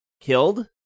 killed